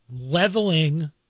leveling